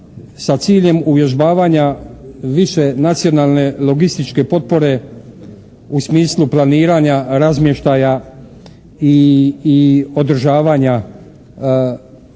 sa ciljem uvježbavanja više nacionalne logističke potpore u smislu planiranja, razmještaja i održavanja